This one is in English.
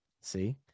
See